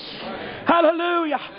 Hallelujah